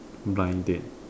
blind date